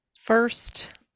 first